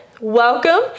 Welcome